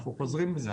אנחנו חוזרים על זה,